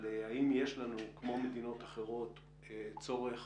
על האם יש לנו, כמו למדינות אחרות, צורך